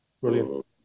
Brilliant